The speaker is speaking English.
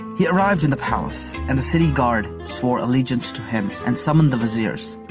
he arrived in the palace and the city guard swore allegiance to him and summoned the wazirs.